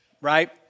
right